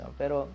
pero